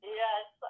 yes